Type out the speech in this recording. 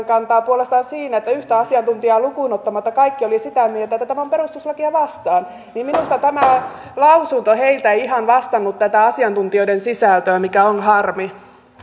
kantaa puolestaan siinä että yhtä asiantuntijaa lukuun ottamatta kaikki olivat sitä mieltä että tämä on perustuslakia vastaan minusta tämä lausunto heiltä ei ihan vastannut tätä asiantuntijoiden sisältöä mikä on harmi